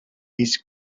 his